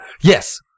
Yes